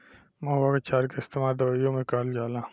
महुवा के क्षार के इस्तेमाल दवाईओ मे करल जाला